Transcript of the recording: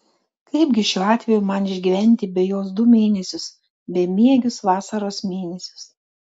kaipgi šiuo atveju man išgyventi be jos du mėnesius bemiegius vasaros mėnesius